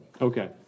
okay